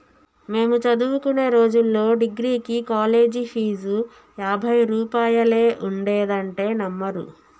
మేము చదువుకునే రోజుల్లో డిగ్రీకి కాలేజీ ఫీజు యాభై రూపాయలే ఉండేదంటే నమ్మరు